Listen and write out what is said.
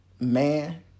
man